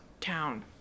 town